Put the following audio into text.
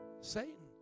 Satan